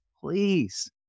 please